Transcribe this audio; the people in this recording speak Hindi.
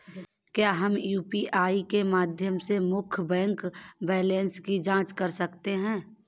क्या हम यू.पी.आई के माध्यम से मुख्य बैंक बैलेंस की जाँच कर सकते हैं?